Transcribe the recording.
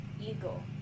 eagle